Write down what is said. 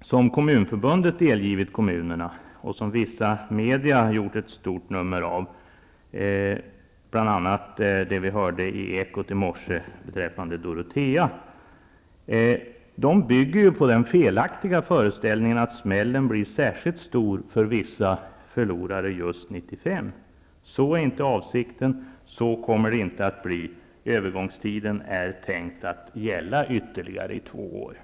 som Kommunförbundet har delgivit kommunerna och som vissa media har gjort ett stort nummer av -- vi hörde bl.a. om Dorotea i Ekot i morse -- bygger på den felaktiga föreställningen att smällen blir särskilt stor för vissa förlorare just 1995. Det är inte avsikten. Så kommer det inte att bli. Övergångstiden är tänkt att vara i ytterligare två år.